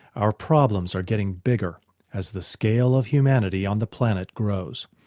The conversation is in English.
our problems are getting bigger as the scale of humanity on the planet grows.